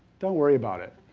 don't worry about it,